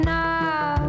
now